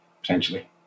potentially